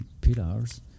pillars